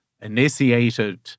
initiated